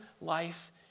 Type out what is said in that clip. life